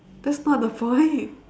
that's not the point